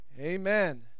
Amen